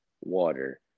water